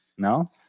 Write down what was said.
No